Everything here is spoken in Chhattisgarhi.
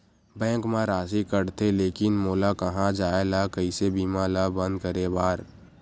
बैंक मा राशि कटथे लेकिन मोला कहां जाय ला कइसे बीमा ला बंद करे बार?